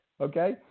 okay